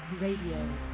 Radio